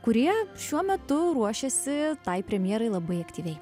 kurie šiuo metu ruošiasi tai premjerai labai aktyviai